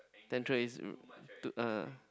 tantrum is uh to ah